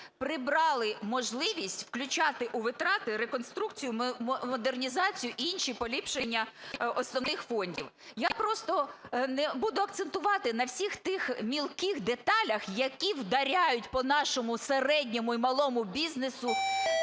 прибрали можливість включати у витрати реконструкцію, модернізацію і інші поліпшення основних фондів. Я просто буду акцентувати на всіх тих мілких деталях, які вдаряють по нашому середньому і малому бізнесу,